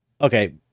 okay